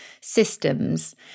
systems